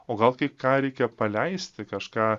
o gal kai ką reikia paleisti kažką